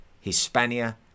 Hispania